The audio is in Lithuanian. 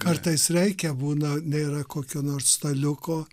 kartais reikia būna nėra kokio nors staliuko